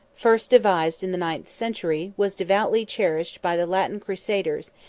first devised in the ninth century, was devoutly cherished by the latin crusaders,